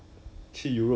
must see lah